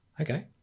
Okay